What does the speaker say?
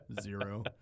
Zero